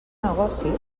negoci